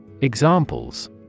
Examples